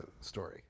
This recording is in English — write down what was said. story